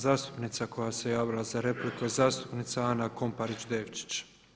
Zastupnica koja se javila za repliku je zastupnica Ana Komparić Devčić.